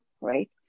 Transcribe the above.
right